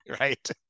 right